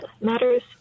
matters